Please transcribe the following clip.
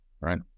Right